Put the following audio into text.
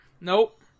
Nope